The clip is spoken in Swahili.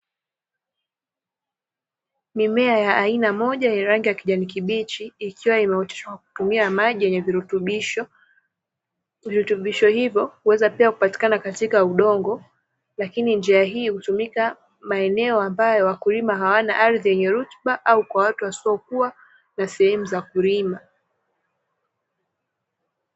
Mimea ya aina moja yenye rangi ya kijani kibichi ikiwa imeoteshwa kwa kutumia maji yenye virutubisho, virutubiho hivyo huweza pia kupatikana katika udongo, lakini njia hiyo hutumika maeneo ambayo wakulima hawana ardhi yenye rutuba au maeneo ambayo hawana sehemu za kuweza kulima.